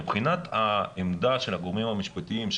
מבחינת העמדה של הגורמים המשפטיים,